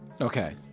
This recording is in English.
Okay